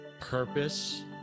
purpose